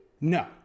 No